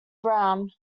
brown